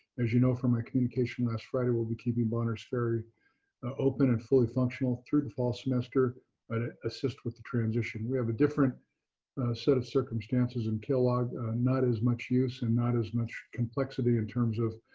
as you know, from a communication last friday, we'll be keeping bonners ferry ah open and fully functional through the and fall semester to and ah assist with the transition. we have a different set of circumstances in kellogg not as much use and not as much complexity in terms of